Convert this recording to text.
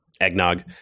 eggnog